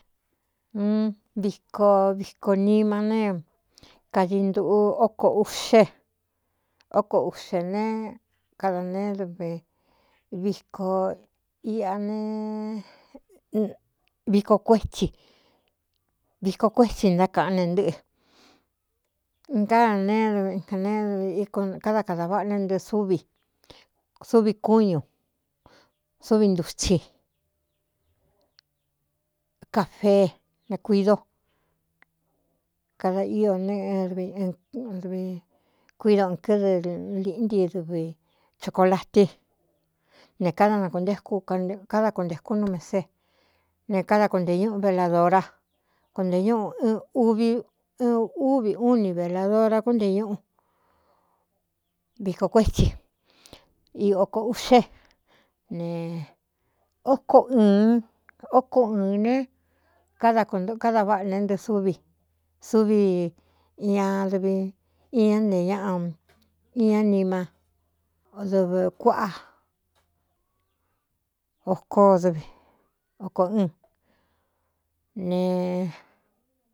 Un viko viko nima ne kadi ntuꞌu ko uꞌxe óko uꞌxē ne kada neé dve viko iꞌa ne viko kuétsi viko kuétsi ntákaꞌán ne ntɨ́ꞌɨ káda neé ncaneédv káda kadā váꞌa né nɨɨ súvi suvi kúñū súvi ntutsi cafee ne kuído kada ío né vi kuído ɨn kɨ́dɨ liꞌnti dɨvi chocolatí ne káda nakuntekú káda kuntēkú nú mesee ne káda kunte ñúꞌu veladora kuntē ñúꞌu uvi ɨ úvi ún ni velādora kúnte ñúꞌu vikō kuétsi i oko uꞌxee ne óko ɨɨn óko ɨɨn ne dkada váꞌa ne ntɨɨ súvi suvi iñadvi iñá ntee ñáꞌa iá nima o dɨvɨ kuáꞌá okodv oko ɨn ne.